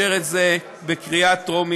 זה לא משהו אחר, זה הא בהא תליא, חבר הכנסת אמסלם.